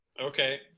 okay